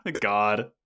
God